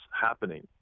happening